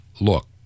Look